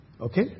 Okay